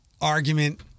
argument